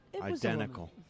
identical